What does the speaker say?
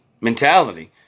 mentality